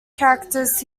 characters